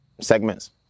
segments